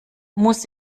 muss